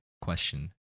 question